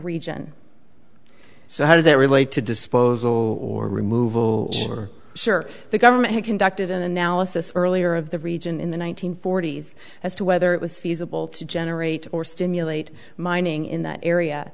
region so how does that relate to disposal or removal or sure the government had conducted an analysis earlier of the region in the one nine hundred forty s as to whether it was feasible to generate or stimulate mining in that area